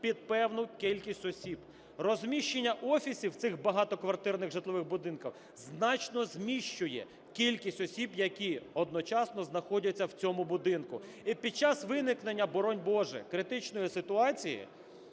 під певну кількість осіб. Розміщення офісів в цих багатоквартирних житлових будинках значно зміщує кількість осіб, які одночасно знаходяться в цьому будинку. І під час виникнення, боронь Боже, критичної ситуації,